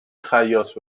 خیاط